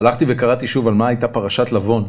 הלכתי וקראתי שוב על מה הייתה פרשת לבון